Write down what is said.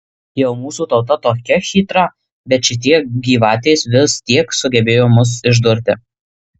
jau mūsų tauta tokia chytra bet šitie gyvatės vis tiek sugebėjo mus išdurti